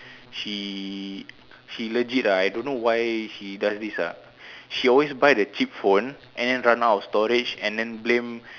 she she legit ah I don't know why she does this ah she always buy the cheap phone and than run out of storage and then blame